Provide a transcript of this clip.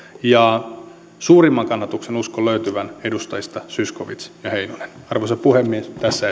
ja suurimman kannatuksen uskon löytyvän edustajista zyskowicz ja heinonen arvoisa puhemies tässä